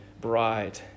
bride